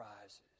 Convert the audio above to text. rises